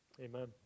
Amen